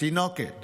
תינוקת